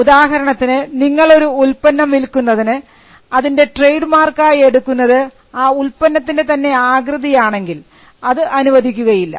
ഉദാഹരണത്തിന് നിങ്ങൾ ഒരു ഉൽപ്പന്നം വിൽക്കുന്നതിന് അതിൻറെ ട്രേഡ് മാർക്കായി എടുക്കുന്നത് ആ ഉൽപ്പന്നത്തിൻറെ തന്നെ ആകൃതി ആണെങ്കിൽ അത് അനുവദിക്കുകയില്ല